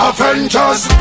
Avengers